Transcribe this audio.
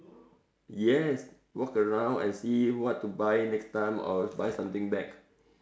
yes walk around and see what to buy next time or buy something back